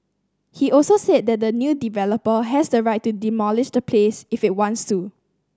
he also said that the new developer has the right to demolish the place if it wants to